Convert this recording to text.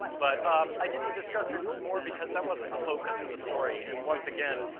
but um i didn't discuss it more because that wasn't the focus of the story, and once again,